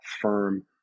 firm